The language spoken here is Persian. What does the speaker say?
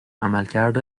عملکرد